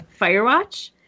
Firewatch